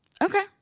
Okay